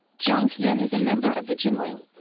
jiang tian is a member of the jinling,